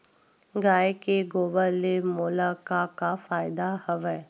गाय के गोबर ले मोला का का फ़ायदा हवय?